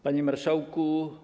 Panie Marszałku!